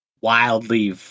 wildly